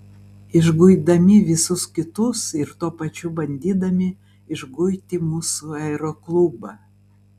išguidami visus kitus ir tuo pačiu bandydami išguiti mūsų aeroklubą